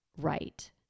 right